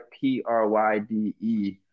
p-r-y-d-e